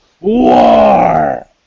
War